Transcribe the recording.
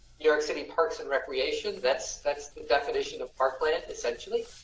new york city, parks and recreation. that's that's the definition of parkland essentially.